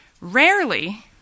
Rarely